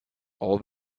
all